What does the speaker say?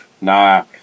Nah